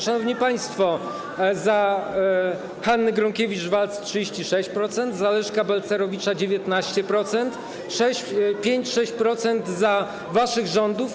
Szanowni państwo, za Hanny Gronkiewicz-Waltz - 36%, za Leszka Balcerowicza - 19%, 5-6% za waszych rządów.